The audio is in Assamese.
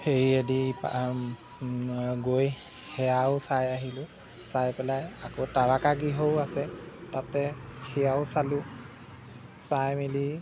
ফেৰীয়েদি গৈ সেয়াও চাই আহিলোঁ চাই পেলাই আকৌ তাৰকাগৃহও আছে তাতে সেয়াও চালোঁ চাই মেলি